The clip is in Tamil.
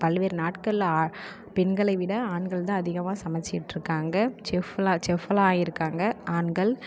பல்வேறு நாடுகள்ல ஆ பெண்களை விட ஆண்கள்தான் அதிகமாக சமைச்சுட்டு இருக்காங்க செஃப்யெலாம் செஃப்யெலாம் ஆகிருக்காங்க ஆண்கள்